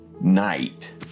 night